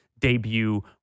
debut